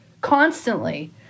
constantly